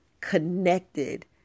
connected